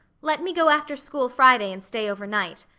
let me go after school friday and stay over night.